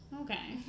Okay